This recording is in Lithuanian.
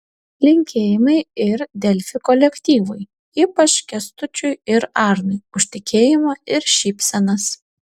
linkėjimai ir delfi kolektyvui ypač kęstučiui ir arnui už tikėjimą ir šypsenas